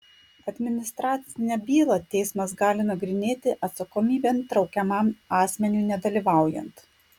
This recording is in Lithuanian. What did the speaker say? administracinę bylą teismas gali nagrinėti atsakomybėn traukiamam asmeniui nedalyvaujant